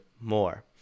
more